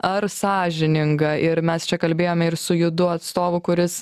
ar sąžininga ir mes čia kalbėjom ir su judu atstovu kuris